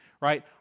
right